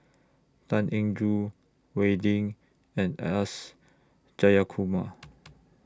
Tan Eng Joo Wee Lin and S Jayakumar